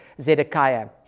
Zedekiah